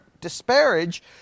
disparage